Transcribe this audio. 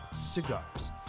Cigars